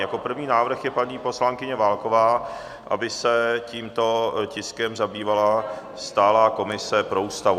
Jako první je návrh paní poslankyně Válkové, aby se tímto tiskem zabývala Stálá komise pro Ústavu.